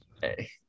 Hey